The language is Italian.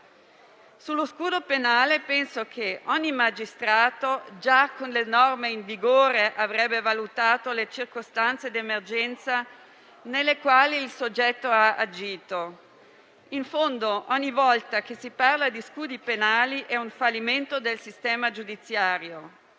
Sullo scudo penale penso che, già con le norme in vigore, ogni magistrato avrebbe valutato le circostanze di emergenza nelle quali il soggetto ha agito. In fondo, ogni volta che si parla di scudi penali è un fallimento del sistema giudiziario,